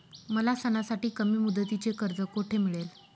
मला सणासाठी कमी मुदतीचे कर्ज कोठे मिळेल?